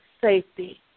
safety